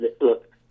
look